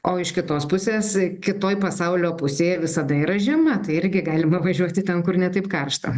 o iš kitos pusės kitoj pasaulio pusėj visada yra žiema tai irgi galima važiuoti ten kur ne taip karšta